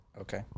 Okay